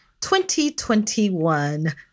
2021